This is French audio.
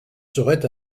serait